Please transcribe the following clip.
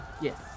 Yes